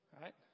Right